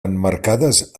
emmarcades